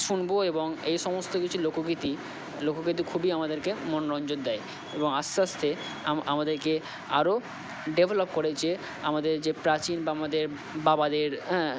শুনব এবং এই সমস্ত কিছু লোকগীতি লোকগীতি খুবই আমাদেরকে মনোরঞ্জন দেয় এবং আস্তে আস্তে আমাদেরকে আরও ডেভেলপ করে যে আমাদের যে প্রাচীন বা আমাদের বাবাদের হ্যাঁ